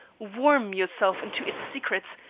worm yourself into its secrets,